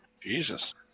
Jesus